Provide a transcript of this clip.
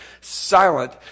silent